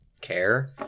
care